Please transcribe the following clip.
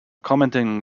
commenting